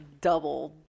Double